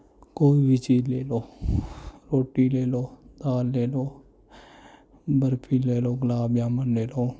ਕੋਈ ਵੀ ਚੀਜ਼ ਲੈ ਲਉ ਰੋਟੀ ਲੈ ਲਉ ਦਾਲ ਲੈ ਲਉ ਬਰਫੀ ਲੈ ਲਉ ਗੁਲਾਬ ਜਾਮਣ ਲੈ ਲਉ